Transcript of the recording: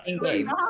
games